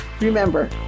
Remember